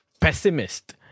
pessimist